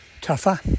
Tougher